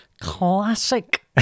classic